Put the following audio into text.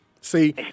See